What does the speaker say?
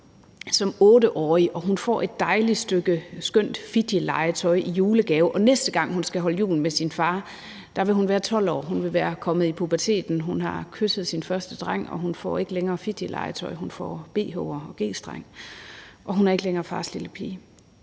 sin far og får et dejligt, skønt stykke fidgetlegetøj i julegave, vil være 12 år, næste gang hun skal holde jul med sin far, og hun vil være kommet i puberteten, hun har kysset sin første dreng, og hun får ikke længere fidgetlegetøj; hun får bh'er og g-streng, og hun er ikke længere fars lille pige.